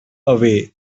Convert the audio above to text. away